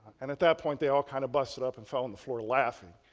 and at that point, they all kind of busted up and fell on the floor laughing.